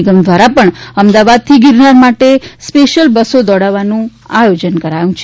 નિગમ દ્વારા પણ અમદાવાદથી ગીરનાર માટે સ્પેશિયલ બસો દોડાવાનું આયોજન કરાયું છે